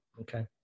Okay